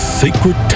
sacred